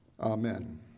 amen